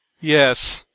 Yes